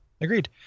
agreed